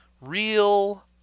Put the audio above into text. Real